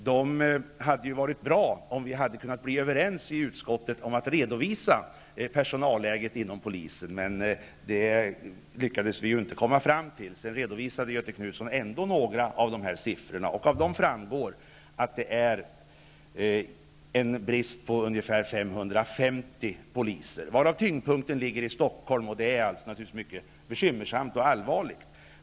Det hade varit bra om vi hade kunnat bli överens i utskottet om att redovisa personalläget inom polisen, men det lyckades vi inte komma fram till. Sedan redovisade Göthe Knutson ändå några siffror. Av dessa framgår att det är en brist på ungefär 550 poliser. Tyngdpunkten ligger i Stockholm, vilket naturligtvis är mycket bekymmersamt och allvarligt.